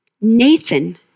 Nathan